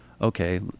okay